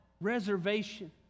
reservation